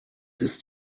ist